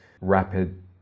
rapid